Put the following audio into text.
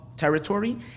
territory